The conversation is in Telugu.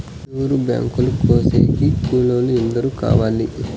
నూరు బాక్సులు కోసేకి కూలోల్లు ఎందరు కావాలి?